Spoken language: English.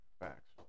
Facts